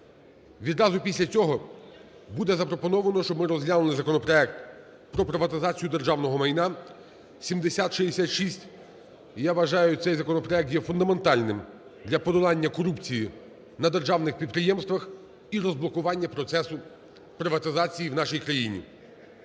Відразу після цього буде запропоновано, щоб ми розглянути законопроект про приватизацію державного майна (7066). І, я вважаю, цей законопроект є фундаментальним для подолання корупції на державних підприємствах і розблокування процесу приватизації в нашій країні.